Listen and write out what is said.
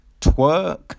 twerk